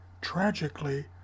tragically